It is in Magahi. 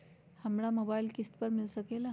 हमरा मोबाइल किस्त पर मिल सकेला?